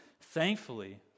Thankfully